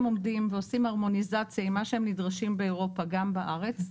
עומדים ועושים הרמוניזציה עם מה שהם נדרשים באירופה גם בארץ,